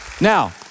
Now